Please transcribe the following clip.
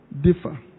differ